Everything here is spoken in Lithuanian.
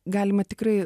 galima tikrai